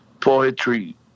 poetry